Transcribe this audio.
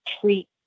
treat